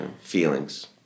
Feelings